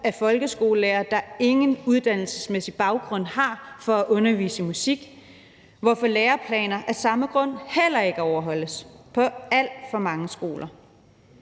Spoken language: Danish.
af folkeskolelærere, der ingen uddannelsesmæssig baggrund har for at undervise i musik, hvorfor læreplaner af samme grund på alt for mange skoler